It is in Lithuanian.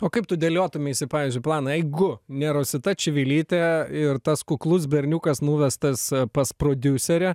o kaip tu dėliotumeisi pavyzdžiui planą jeigu ne rosita čivilytė ir tas kuklus berniukas nuvestas pas prodiuserę